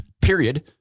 period